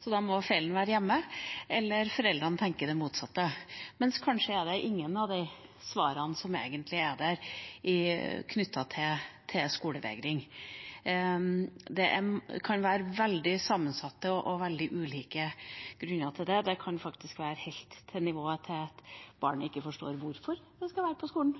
så da må feilen være hjemme, eller foreldrene tenker det motsatte, men kanskje er det ingen av disse svarene som egentlig er knyttet til skolevegring. Det kan være veldig sammensatte og veldig ulike grunner til det. Det kan faktisk være helt på det nivået at barnet ikke forstår hvorfor det skal være på skolen,